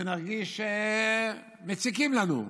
שנרגיש שמציקים לנו,